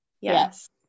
Yes